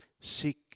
Seek